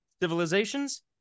Civilizations